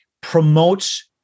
promotes